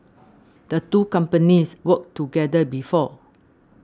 the two companies worked together before